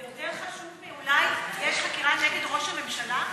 זה יותר חשוב מאולי יש חקירה נגד ראש הממשלה?